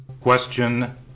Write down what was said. Question